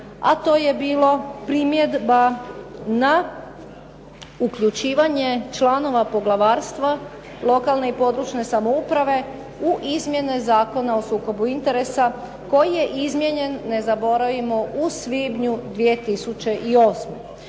A to je bilo primjedba na uključivanje članova poglavarstva lokalne i područne samouprave u Izmjene zakona o sukobu interesa, koji je izmijenjen ne zaboravimo u svibnju 2008.